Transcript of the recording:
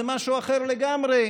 זה משהו אחר לגמרי.